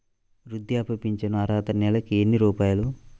వృద్ధాప్య ఫింఛను అర్హత నెలకి ఎన్ని రూపాయలు?